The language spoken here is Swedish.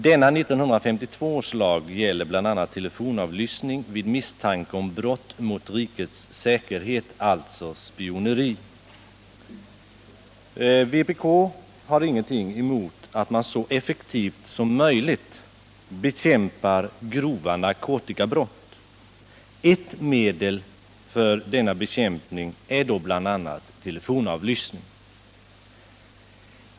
Denna 1952 års lag gäller bl.a. telefonavlyssning vid misstanke om brott mot rikets säkerhet, alltså spioneri. Vpk har ingenting emot att man så effektivt som möjligt bekämpar grova narkotikabrott. Ett medel för denna bekämpning är bl.a. telefonavlyssning.